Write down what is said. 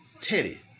Teddy